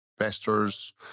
investors